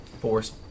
Force